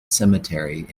cemetery